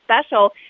special